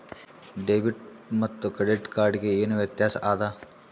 Debit ಮತ್ತ credit card ಗೆ ಏನ ವ್ಯತ್ಯಾಸ ಆದ?